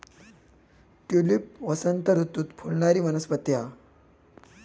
tulip वसंत ऋतूत फुलणारी वनस्पती हा